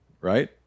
right